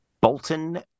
Bolton